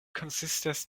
konsistas